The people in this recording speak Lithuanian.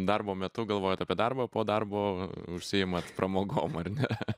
darbo metu galvojat apie darbą po darbo užsiimat pramogom ar ne